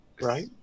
right